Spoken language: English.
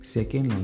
Second